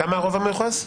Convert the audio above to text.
כמה הרוב המיוחס?